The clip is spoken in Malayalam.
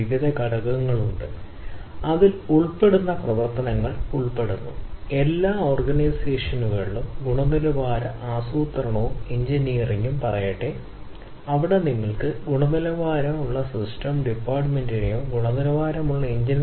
പിന്നീട് അദ്ദേഹത്തിന്റെ രീതി വളരെ പ്രചാരത്തിലുണ്ട് പടിഞ്ഞാറൻ നിങ്ങൾക്കറിയാമോ അദ്ദേഹത്തിന് പലർക്കും ഉപദേശക പദവി നൽകാമെന്ന് ബെൽ ലാബുകൾ ബോയിംഗ് സിറോക്സ് എന്നിവയുൾപ്പെടെ ദീർഘകാലത്തേക്ക് കമ്പനി